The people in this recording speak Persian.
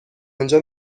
آنجا